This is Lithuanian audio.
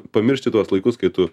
pamiršti tuos laikus kai tu